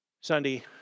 Sunday